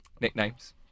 Nicknames